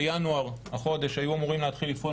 בינואר החודש היו אמורים להתחיל לפעול